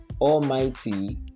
Almighty